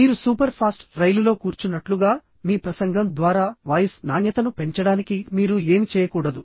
మీరు super fast రైలులో కూర్చున్నట్లుగా మీ ప్రసంగం ద్వారా వాయిస్ నాణ్యతను పెంచడానికి మీరు ఏమి చేయకూడదు